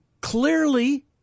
clearly